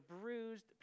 bruised